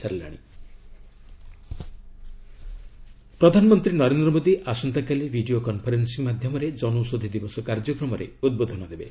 PM Janaushadhi Diwas ପ୍ରଧାନମନ୍ତ୍ରୀ ନରେନ୍ଦ୍ର ମୋଦି ଆସନ୍ତାକାଲି video conferencing ମାଧ୍ୟମରେ ଜନୌଷଧି ଦିବସ କାର୍ଯ୍ୟକ୍ରମରେ ଉଦ୍ବୋଧନ ଦେବେ